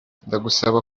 ndagusaba